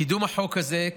קידום החוק הזה,